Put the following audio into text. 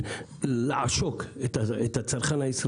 לעשוק את הצרכן,